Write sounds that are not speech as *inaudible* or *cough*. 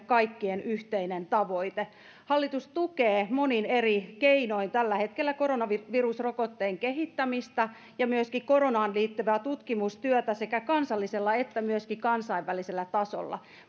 *unintelligible* kaikkien yhteinen tavoite hallitus tukee monin eri keinoin tällä hetkellä koronavirusrokotteen kehittämistä ja myöskin koronaan liittyvää tutkimustyötä sekä kansallisella että myöskin kansainvälisellä tasolla